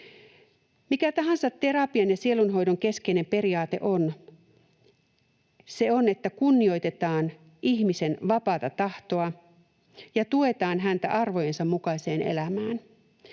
Mikä tahansa terapian ja sielunhoidon keskeinen periaate on, se on, että kunnioitetaan ihmisen vapaata tahtoa ja tuetaan häntä arvojensa mukaiseen elämään.